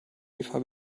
eva